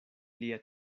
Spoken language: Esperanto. lia